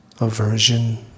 aversion